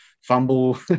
fumble